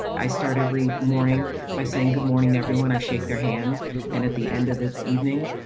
i start every morning by saying good morning, everyone. i shake their hand and at the end of the evening,